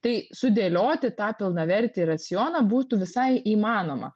tai sudėlioti tą pilnavertį racioną būtų visai įmanoma